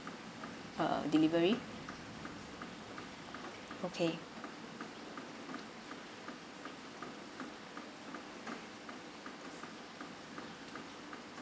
uh delivery okay